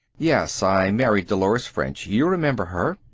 yes. i married dolores french. you remember her.